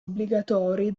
obbligatori